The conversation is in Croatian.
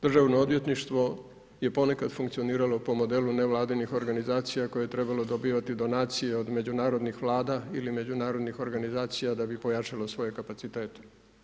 Državno odvjetništvo je ponekad funkcioniralo po modelu nevladinih organizacija koje je trebalo dobivati donacije od međunarodnih vlada ili međunarodnih organizacija da bi pojačalo svoje kapacitete.